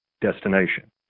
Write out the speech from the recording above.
destination